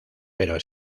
pero